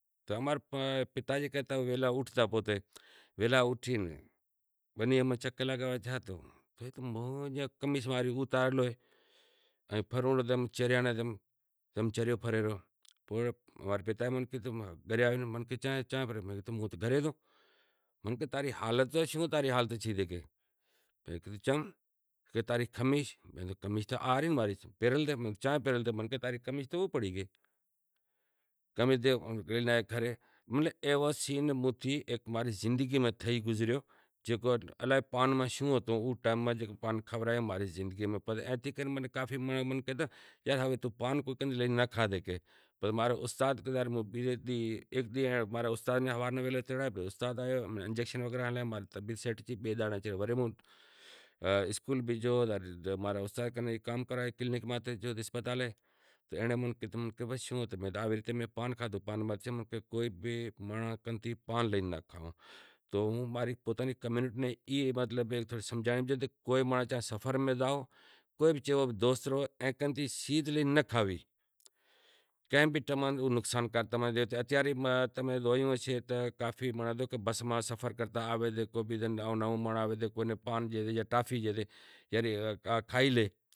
تو اماں رو پتا جی ویہلا اوٹھتا ویہلا اوٹھے بنی ماں چیک کرے کہ کوئی بنی ماں چریاں جیوو پھرووں لاگے جم چریو پھرے ریو، پتا کہے کہ چیاں پھرے ریو تو کیدہو ایم ای پھرے ریو پتا کیدہو تاں ری حالت کیوی تھئی گی تاں ری قمیص چاں سے تو کیدہو ای پہریل سے تو کہے کہ تاں ری قمیص تو او رہی مین نے تیڑے آیو او واقعو ماں ری زندگی نو موٹو واقعو ہتو خبر نتھی کہ پان میں شوں ہتو، مانں منکھ کہیں کہ یار توں کے کن پان لئی ناں کھاوتا کرو۔ بئے دہاڑے ماں رو استاد آیو ماں نیں انجیکشن وغیرہ ہنڑی تو طبیعت سیٹ تھی ورے موں اسکول گیو تو اہڑے نمونے بدہاں کہیں بھائی شوں تھیو۔ تو ہوں ماں ری کمیونٹی ناں ای وات ہمازانڑاں کہ بس میں زائو سفر میں زائو تو کے کن کا سیز لئے ناں کھائو۔ کنہں بھی ٹیم او نقصانکار تھئی زائے تماں زویو ہوشے کافی مانڑاں بس ماں سفر کرتا کو نئوں مانڑو آوے اوئے ناں پان ڈے یا ٹافی ڈے کہ یار ای کھائی لے